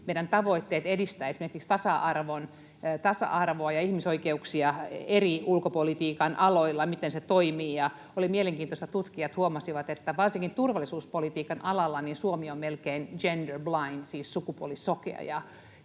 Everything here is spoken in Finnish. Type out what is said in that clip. meidän tavoitteemme edistää esimerkiksi tasa-arvoa ja ihmisoikeuksia eri ulkopolitiikan aloilla, ja oli mielenkiintoista, että tutkijat huomasivat, että varsinkin turvallisuuspolitiikan alalla Suomi on melkein gender blind, siis sukupuolisokea.